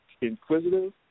inquisitive